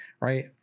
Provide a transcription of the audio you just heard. right